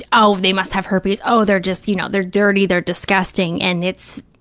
oh, they must have herpes, oh, they're just, you know, they're dirty, they're disgusting, and it's,